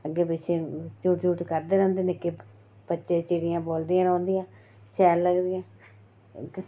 अग्गें पिच्छें चुर चुर करदे रौंह्दे निक्के बच्चे चिड़ियां बोलदियां रौंह्दियां शैल लगदा